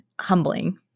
humbling